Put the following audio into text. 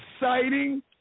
exciting